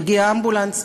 מגיע אמבולנס,